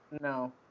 no